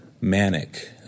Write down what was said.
manic